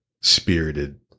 spirited